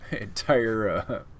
entire